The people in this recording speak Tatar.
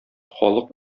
халык